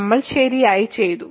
നമ്മൾ ശരിയായി ചെയ്തു